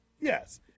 yes